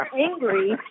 angry